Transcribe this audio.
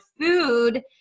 food